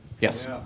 Yes